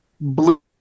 blue